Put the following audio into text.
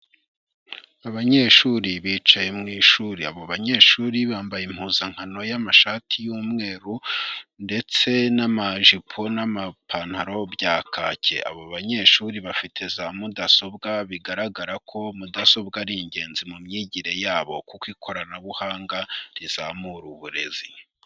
Abanyeshuri bicaye mu ishuri abo banyeshuri bambaye impuzankano y'amashati y'umweru ndetse n'amajipo n'amapantaro bya kake, abo banyeshuri bafite za mudasobwa bigaragara ko mudasobwa ari ingenzi mu myigire yabo kuko ikoranabuhanga rizamura uburezi.